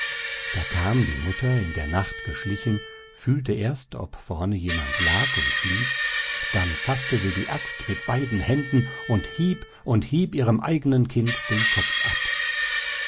da kam die mutter in der nacht geschlichen fühlte erst ob vorne jemand lag und schlief dann faßte sie die axt mit beiden händen und hieb und hieb ihrem eigenen kind den kopf ab